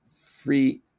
free